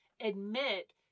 Admit